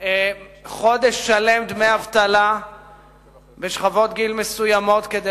חודש שלם דמי אבטלה בשכבות גיל מסוימות כדי